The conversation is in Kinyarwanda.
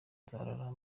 nzarora